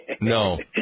No